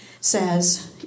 says